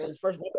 First